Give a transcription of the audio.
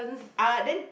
ah then